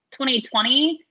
2020